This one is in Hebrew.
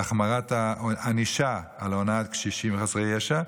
להחמרת הענישה על הונאת קשישים וחסרי ישע.